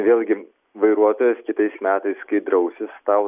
vėlgi vairuotojas kitais metais kai drausis tau